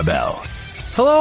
Hello